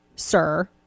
Sir